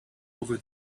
over